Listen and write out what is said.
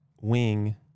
wing